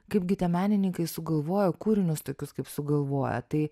kaipgi tie menininkai sugalvoja kūrinius tokius kaip sugalvoja tai